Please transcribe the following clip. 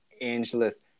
Angeles